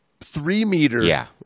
three-meter